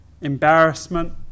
embarrassment